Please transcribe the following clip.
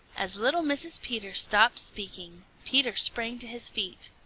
as little mrs. peter stopped speaking, peter sprang to his feet.